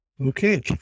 Okay